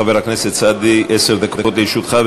חבר הכנסת סעדי, עשר דקות לרשותך.